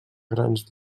grans